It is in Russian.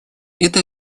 это